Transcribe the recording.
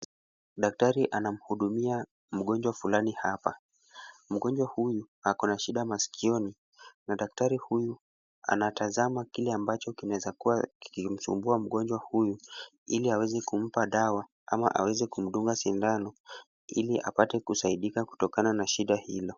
Daktari anamuhudumia mgonjwa fulani hapa. Mgonjwa huyu ako na shida masikioni na daktari huyu anatazama kile ambacho kinaweza kuwa kilimsumbua mgonjwa huyu ili aweze kumpa dawa ama aweze kumdunga sindano ili apate kusaidika kutokana na shida hilo.